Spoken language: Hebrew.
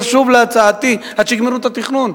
עד שיגמרו את התכנון,